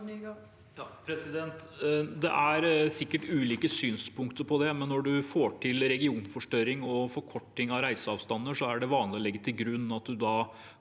Det er sikkert ulike synspunkter på det, men når man får til regionforstørring og forkorting av reiseavstander, er det vanlig å legge til grunn at man da